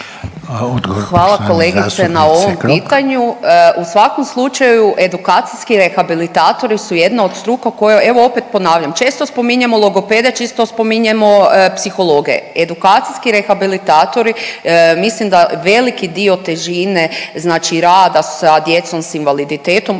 Hvala kolegice na ovom pitanju. U svakom slučaju edukacijski rehabilitatori su jedna od struka koja evo opet ponavljam, često spominjemo logopede često spominjemo psihologe, edukacijski rehabilitatori mislim da veliki dio težine znači rada sa djecom sa invaliditetom